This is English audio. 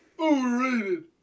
overrated